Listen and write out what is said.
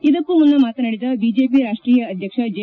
ಇದಕ್ಕೂ ಮುನ್ನ ಮಾತನಾಡಿದ ಬಿಜೆಪಿ ರಾಷ್ಷೀಯ ಅಧ್ಯಕ್ಷ ಜೆ